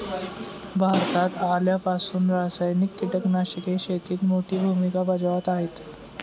भारतात आल्यापासून रासायनिक कीटकनाशके शेतीत मोठी भूमिका बजावत आहेत